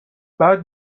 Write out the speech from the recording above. بعد